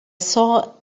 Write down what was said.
saw